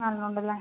വരുന്നുണ്ടല്ലേ